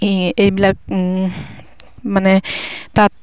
এই এইবিলাক মানে তাঁত